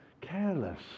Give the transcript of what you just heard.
careless